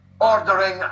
ordering